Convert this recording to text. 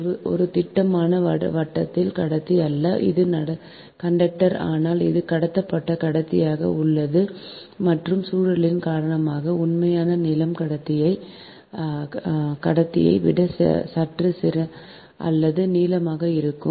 இது ஒரு திடமான வட்டக் கடத்தி அல்லகண்டக்டர் ஆனால் அது கடத்தப்பட்ட கடத்தியாக உள்ளது மற்றும் சுழற்சியின் காரணமாக உண்மையான நீளம் கடத்தியை விட சற்று அல்லது நீளமாக இருக்கும்